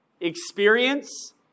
experience